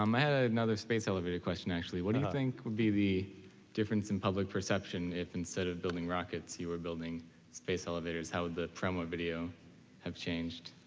um i had ah another space elevator question, actually. what do you think would be the difference in public perception if instead of building rockets you were building space elevators? how would the promo video have changed?